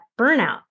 burnout